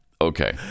okay